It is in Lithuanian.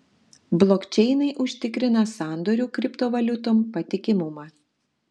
blokčeinai užtikrina sandorių kriptovaliutom patikimumą